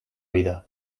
vida